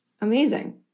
Amazing